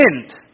end